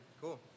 Cool